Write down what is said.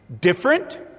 different